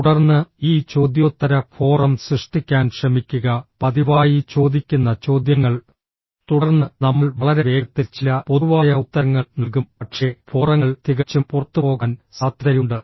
തുടർന്ന് ഈ ചോദ്യോത്തര ഫോറം സൃഷ്ടിക്കാൻ ശ്രമിക്കുക പതിവായി ചോദിക്കുന്ന ചോദ്യങ്ങൾ തുടർന്ന് നമ്മൾ വളരെ വേഗത്തിൽ ചില പൊതുവായ ഉത്തരങ്ങൾ നൽകും പക്ഷേ ഫോറങ്ങൾ തികച്ചും പുറത്തുപോകാൻ സാധ്യതയുണ്ട്